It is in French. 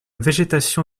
végétation